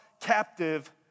captive